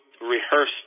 rehearse